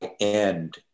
end